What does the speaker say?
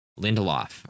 Lindelof